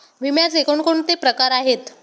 विम्याचे कोणकोणते प्रकार आहेत?